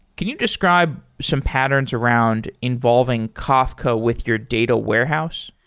can you describe some patterns around involving kafka with your data warehouse?